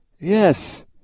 Yes